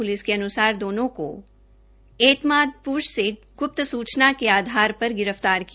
police के अनस्ार दोनों को ऐतमाद प्र से ग्प्त सूचना के आधार पर गिरफ्तार किया